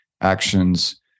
actions